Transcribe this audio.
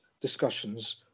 discussions